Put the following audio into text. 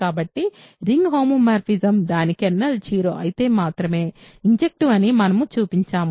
కాబట్టి ring homomorphism దాని kernel 0 అయితే మాత్రమే ఇన్జెక్టివ్ అని మనము చూపించాము